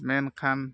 ᱢᱮᱱᱠᱷᱟᱱ